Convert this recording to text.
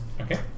Okay